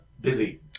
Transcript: busy